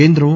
కేంద్రం